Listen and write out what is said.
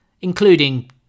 including